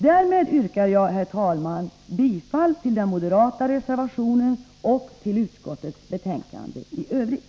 Därmed yrkar jag, herr talman, bifall till den moderata reservationen och till utskottets hemställan i övrigt.